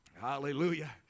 Hallelujah